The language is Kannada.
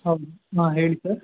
ಹೌದು ಹಾಂ ಹೇಳಿ ಸರ್